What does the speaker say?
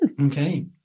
Okay